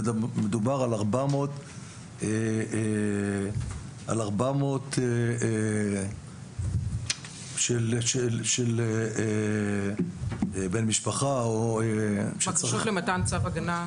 מדובר על 400. שצריך למתן צו הגנה.